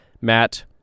Matt